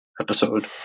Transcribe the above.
episode